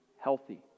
healthy